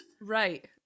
Right